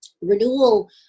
Renewal